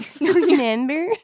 remember